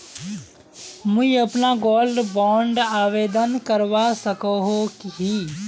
मुई अपना gold bond आवेदन करवा सकोहो ही?